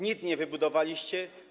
Nic nie wybudowaliście.